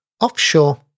Offshore